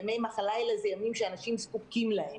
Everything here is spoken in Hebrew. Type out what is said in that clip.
ימי המחלה האלה זה ימים שאנשים זקוקים להם.